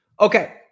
Okay